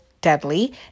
Deadly